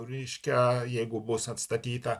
reiškia jeigu bus atstatyta